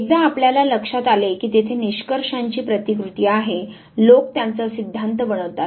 एकदा आपल्याला लक्षात आले की तेथे निष्कर्षांची प्रतिकृती आहे लोक त्यांचा सिद्धांत बनवतात